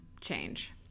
change